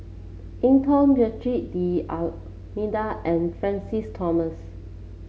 Eng Tow Joaquim D'Almeida and Francis Thomas